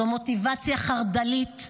זו מוטיבציה חרד"לית,